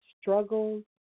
struggles